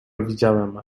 widziałem